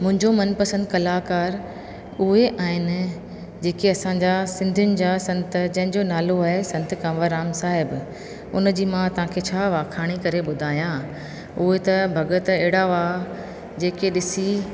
मुंहिंजो मनपसंद कलाकारु उहे आहिनि जेके असांजा सिंधीयुनि जा संत जंहिंजो नालो आहे संत कंवरराम साहिब उनजी मां तव्हांखे छा आखाणी करे ॿुधायां हूअ त भगत अहिड़ा हुआ जेके ॾिसी